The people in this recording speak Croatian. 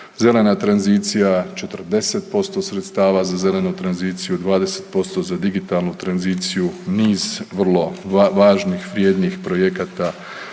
zelena tranzicija 40% sredstava za zelenu tranziciju, 20% za digitalnu tranziciju niz vrlo važnih vrijednih projekata